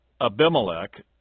Abimelech